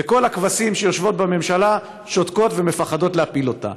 וכל הכבשים שיושבות בממשלה שותקות ומפחדות להפיל אותה.